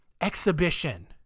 exhibition